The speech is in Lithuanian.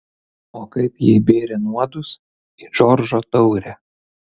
o kaip ji įbėrė nuodus į džordžo taurę